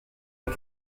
est